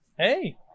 Hey